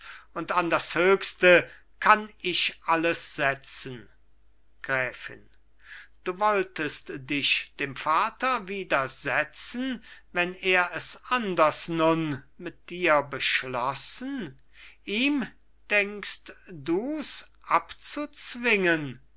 und an das höchste kann ich alles setzen gräfin du wolltest dich dem vater widersetzen wenn er es anders nun mit dir beschlossen ihm denkst dus